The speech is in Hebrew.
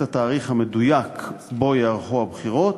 את התאריך המדויק שבו ייערכו הבחירות,